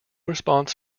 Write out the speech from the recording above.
response